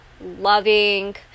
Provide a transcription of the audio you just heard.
loving